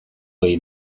egin